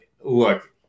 Look